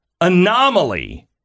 anomaly